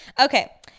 Okay